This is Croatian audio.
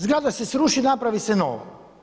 Zgrada se sruši, napravi se nova.